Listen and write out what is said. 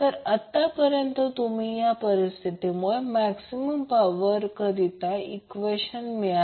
तर आतापर्यंत तुम्हाला या परिस्थितीसाठी मैक्सिमम पावर करिता ईक्वेशन मिळाले